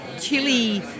chili